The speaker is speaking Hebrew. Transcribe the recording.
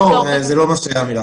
זה לא מה שאמרתי.